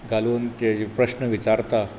घालून जे प्रस्न विचारता